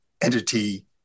entity